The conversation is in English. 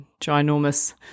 ginormous